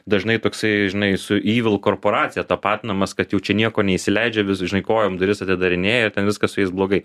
dažnai toksai žinai su yvil korporacija tapatinamas kad jau čia nieko neįsileidžia vis žinai kojom duris atidarinėja ir ten viskas su jais blogai